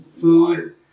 food